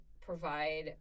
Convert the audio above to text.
provide